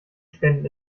spenden